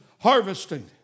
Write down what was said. harvesting